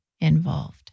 involved